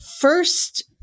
first